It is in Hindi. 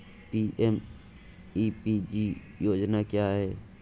पी.एम.ई.पी.जी योजना क्या है?